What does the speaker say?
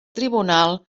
tribunal